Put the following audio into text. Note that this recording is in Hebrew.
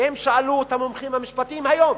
והם שאלו את המומחים המשפטיים היום: